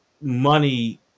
money